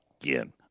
Again